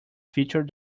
future